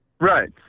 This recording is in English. Right